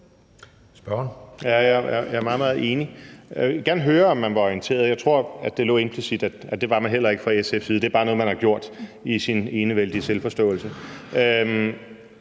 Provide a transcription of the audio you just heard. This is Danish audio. Jeg ville gerne høre, om man var orienteret. Jeg tror, at det lå implicit her, at det var man heller ikke fra SF's side; det er bare noget, regeringen har gjort i sin enevældige selvforståelse.